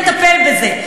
נטפל בזה.